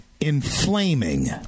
inflaming